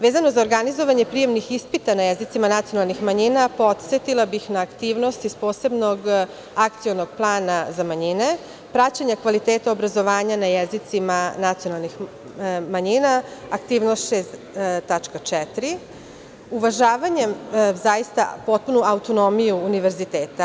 Vezano za organizovanje prijemnih ispita na jezicima nacionalnih manjina, podsetila bih na aktivnosti iz posebnog akcionog plana za manjine, praćenja kvaliteta obrazovanja na jezicima nacionalnih manjina, aktivnost 6. tačka 4. – uvažavanjem zaista potpunu autonomiju univerziteta.